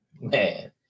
man